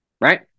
right